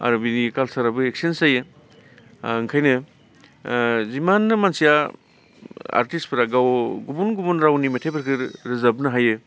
आरो बिनि कालचाराबो एक्सचेन्स जायो ओंखायनो ओ जिमाननो मानसिया आर्टिस्टफोरा गाव गुबुन गुबुन रावनि मेथाइफोरखो रोजाबनो हायो